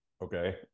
Okay